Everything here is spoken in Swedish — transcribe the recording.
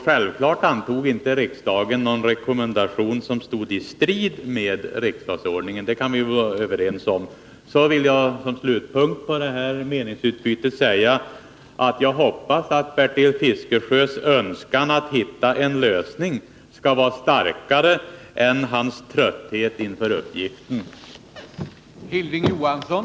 Självfallet antog inte riksdagen någon rekommendation som stod i strid med riksdagsordningen, det kan vi vara överens om. Som slutpunkt på detta meningsutbyte vill jag säga att jag hoppas att Bertil Fiskesjös önskan att hitta en lösning skall vara starkare än hans trötthet inför uppgiften.